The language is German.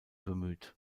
bemüht